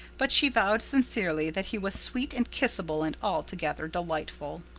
but she vowed sincerely that he was sweet and kissable and altogether delightful.